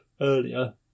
earlier